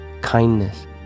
kindness